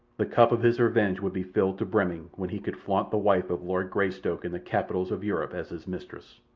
the cup of his revenge would be filled to brimming when he could flaunt the wife of lord greystoke in the capitals of europe as his mistress.